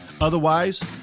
Otherwise